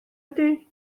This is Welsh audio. ydy